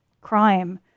crime